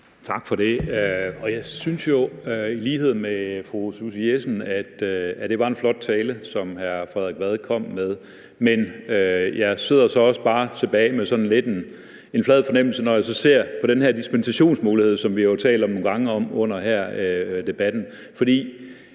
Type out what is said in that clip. Tak for det. Jeg synes i lighed med fru Susie Jessen, at det var en flot tale, som hr. Frederik Vad kom med, men jeg sidder så også bare tilbage med en sådan lidt flad fornemmelse, når jeg så ser på den her dispensationsmulighed, som vi jo har talt om nogle gange her under debatten. For